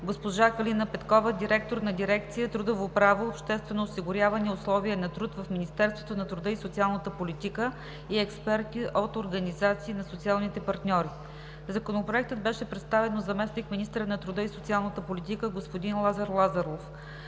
госпожа Калина Петкова – директор на дирекция „Трудово право, обществено осигуряване и условия на труд“ в Министерството на труда и социалната политика и експерти от организации на социалните партньори. Законопроектът беше представен от заместник-министъра на труда и социалната политика, господин Лазар Лазаров.